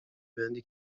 بندی